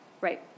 Right